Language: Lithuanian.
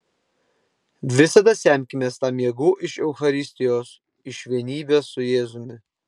visada semkimės tam jėgų iš eucharistijos iš vienybės su jėzumi